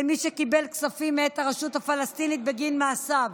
למי שקיבל כספים מאת הרשות הפלסטינית בגין מעשיו.